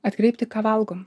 atkreipti ką valgom